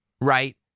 right